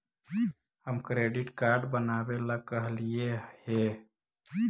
हम credit card बनावे ला कहलिऐ हे?